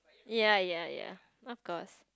ya ya ya of course